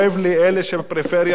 אלה שבפריפריה יודעים,